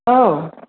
औ